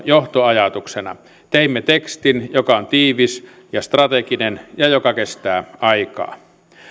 johtoajatuksena teimme tekstin joka on tiivis ja strateginen ja joka kestää aikaa